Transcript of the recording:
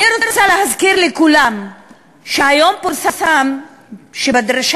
אני רוצה להזכיר לכולם שהיום פורסם שבדרשה